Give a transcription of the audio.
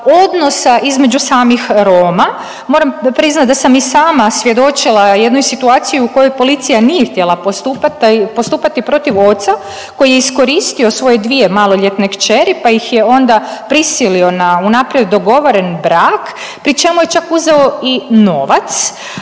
odnosa između samih Roma. Moram priznat da sam i sama svjedočila jednoj situaciji u kojoj policija nije htjela postupati protiv oca koji je iskoristio svoje dvije maloljetne kćeri, pa ih je onda prisilio na unaprijed dogovoren brak pri čemu je čak uzeo i novac.